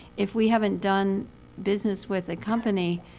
if we haven't done business with a company,